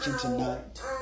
tonight